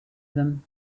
them